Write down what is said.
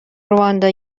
رواندا